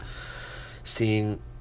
seeing